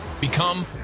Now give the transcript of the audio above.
become